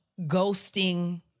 Ghosting